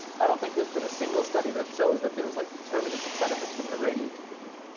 i don't think there's been a single study that shows that there's like deterministic benefits from irradiating people.